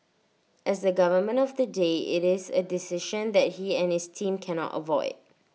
as the government of the day IT is A decision that he and his team cannot avoid